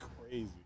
crazy